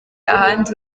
ahandi